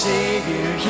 Savior